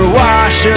wash